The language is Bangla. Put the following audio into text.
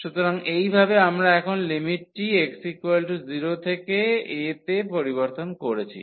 সুতরাং এইভাবে আমরা এখন লিমিটটি x 0 থেকে a তে পরিবর্তন করেছি